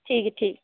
ठीक ऐ ठीक ऐ